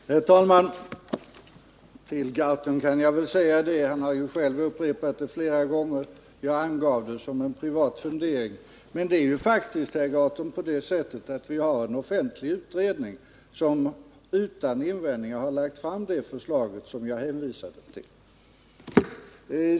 Herr talman! Till Per Gahrton kan jag säga att det här är en privat fundering —- det angav jag och han har själv upprepat det flera gånger. Men det är faktiskt på det sättet, herr Gahrton, att en offentlig utredning utan invändningar lagt fram det förslag jag hänvisade till.